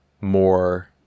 more